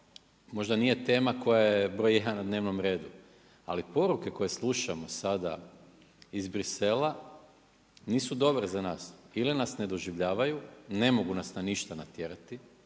možda nije tema koja je broj jedan na dnevnom redu. Ali poruke koje slušamo sada iz Bruxellesa nisu dobre za nas ili nas ne doživljavaju, ne mogu nas na ništa natjerati